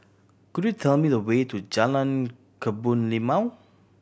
could you tell me the way to Jalan Kebun Limau